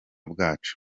bwacu